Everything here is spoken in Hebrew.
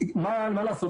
מה לעשות,